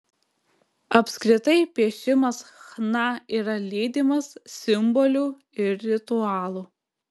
apskritai piešimas chna yra lydimas simbolių ir ritualų